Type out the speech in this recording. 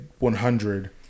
100